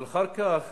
אבל אחר כך,